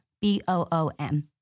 B-O-O-M